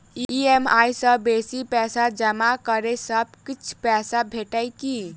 EMI सँ बेसी पैसा जमा करै सँ किछ छुट भेटत की?